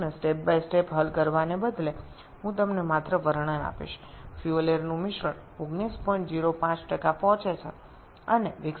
জ্বালানী ও বায়ু মিশ্রণ ১৯০৫ এ পৌঁছায় এবং সর্বাধিক চাপ হল ১১৫২৬ বার হয়